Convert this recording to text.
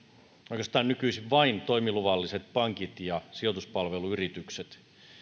oikeastaan nykyisin vain toimiluvalliset pankit ja sijoituspalveluyritykset